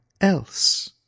else